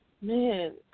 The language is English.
man